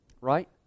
right